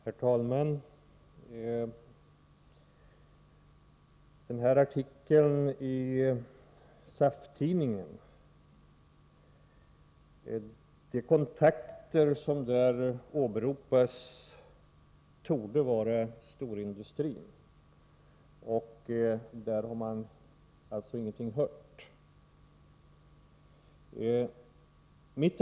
Herr talman! När det gäller artikeln i SAF-tidningen torde de kontakter som där åberopas gälla storindustrin, där man alltså ingenting har hört.